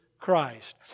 Christ